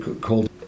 called